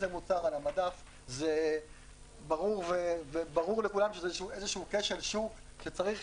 זה ברור לכולם שזה איזשהו כשל שוק שצריך